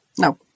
no